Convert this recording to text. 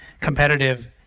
competitive